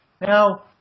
Now